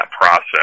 process